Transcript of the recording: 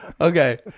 Okay